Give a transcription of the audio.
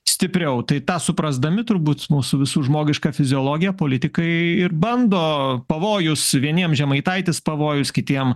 stipriau tai tą suprasdami turbūt mūsų visų žmogišką fiziologiją politikai ir bando pavojus vieniem žemaitaitis pavojus kitiem